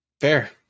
fair